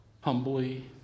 humbly